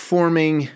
Forming